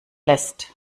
lässt